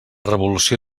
revolució